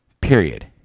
period